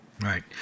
Right